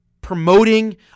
promoting